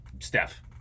Steph